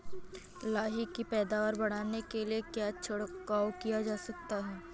लाही की पैदावार बढ़ाने के लिए क्या छिड़काव किया जा सकता है?